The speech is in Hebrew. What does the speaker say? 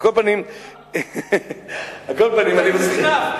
אתה נסחף.